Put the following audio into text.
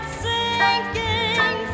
sinking